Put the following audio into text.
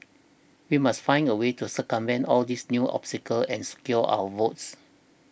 we must find a way to circumvent all these new obstacles and secure our votes